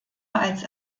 als